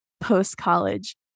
post-college